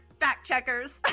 fact-checkers